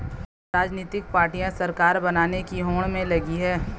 राजनीतिक पार्टियां सरकार बनाने की होड़ में लगी हैं